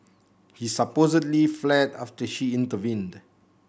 he supposedly fled after she intervened